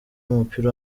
w’umupira